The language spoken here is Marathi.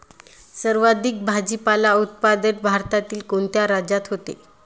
सर्वाधिक भाजीपाला उत्पादन भारतातील कोणत्या राज्यात होते?